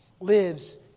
lives